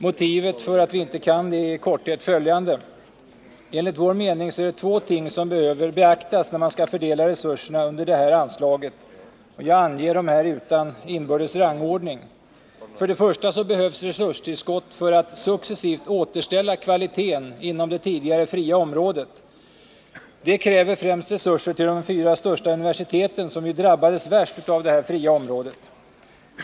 Motivet för att vi inte kan det är i korthet följande: Enligt vår mening är det två ting som behöver beaktas när man skall fördela resurserna under det här anslaget. Jag anger dem utan inbördes rangordning. För det första behövs resurstillskott för att successivt återställa kvaliteten inom det tidigare fria området. Det kräver främst resurser till de fyra största universiteten, som ju drabbades värst av det fria området.